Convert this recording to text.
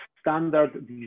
standard